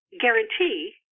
guarantee